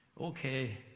okay